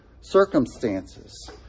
circumstances